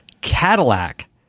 Cadillac